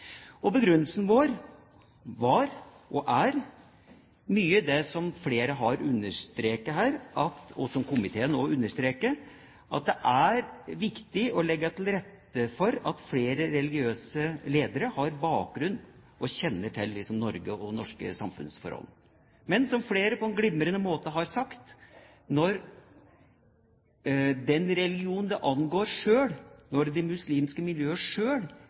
Begrunnelsen vår var – og er – mye det som flere har understreket her, og som komiteen også understreker, at det er viktig å legge til rette for at flere religiøse ledere har bakgrunn i og kjenner til Norge og norske samfunnsforhold. Men som flere på en glimrende måte har sagt: Når den religionen det angår, det muslimske miljøet, sjøl